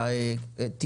סדורה.